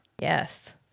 Yes